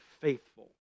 faithful